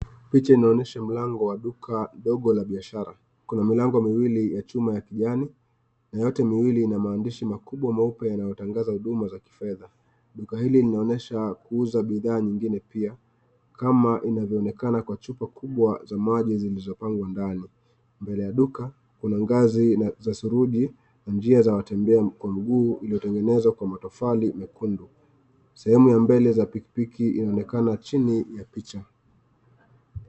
Picha unaonyeshe mlango wa duka dogo la biashara. Kuna milango miwili ya chuma ya kijani na yote miwili ina maandishi makubwa meupe yanayotangaza huduma za kifedha. Duka hili linaonyesha kuuza bidhaa nyingine pia kama inavyoonekana kwa chupa kubwa za maji zilizopangwa ndani. Mbele ya duka kuna ngazi za suruji na njia za watembea miguu iliyotengenezwa kwa matofali mekundu. Sehemu za mbele za pikipiki inaonekana chini ya picha.